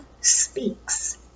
speaks